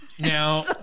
Now